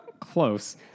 Close